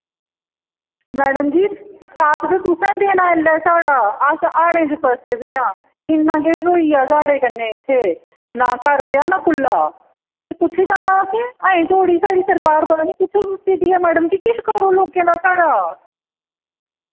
madam ji साथ ते तुसें देना इसलै साढ़ा अस हाड़ें च फसे दे आं इन्ना किश होई गेआ साढ़े कन्नै इत्थै ना घर रेहा ना कुल्ला ते कु'त्थै जाना असें अजें धोड़ी साढ़ी सरकार पता नेईं कु'त्थै सुत्ती दी ऐ मैडम जी किश करो साढ़ा